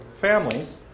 families